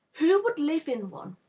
who would live in one,